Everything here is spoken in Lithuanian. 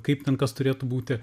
kaip ten kas turėtų būti